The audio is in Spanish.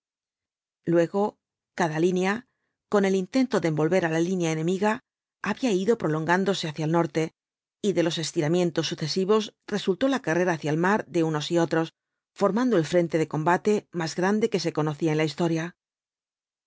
luego cada línea con el intento de envolver á la línea enemiga había ido prolongándose hacia el noroeste y de los estiramientos sucesivos resultó la carrera hacia el mar de unos y otros formando el frente decombate más grande que se conocía en la historia